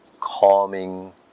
calming